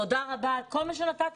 תודה רבה על כל מה שנתתם,